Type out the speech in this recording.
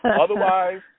otherwise